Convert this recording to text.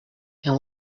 and